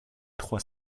trois